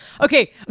okay